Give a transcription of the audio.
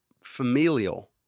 familial